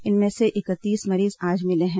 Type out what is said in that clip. इनमें से इकतीस मरीज आज मिले हैं